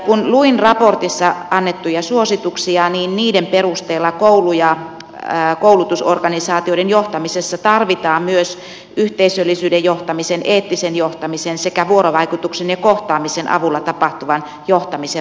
kun luin raportissa annettuja suosituksia niin niiden perusteella koulu ja koulutusorganisaatioiden johtamisessa tarvitaan myös yhteisöllisyyden johtamisen eettisen johtamisen sekä vuorovaikutuksen ja kohtaamisen avulla tapahtuvan johtamisen valmiuksia